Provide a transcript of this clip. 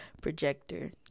projector